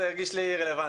זה הרגיש לי רלוונטי.